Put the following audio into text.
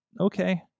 Okay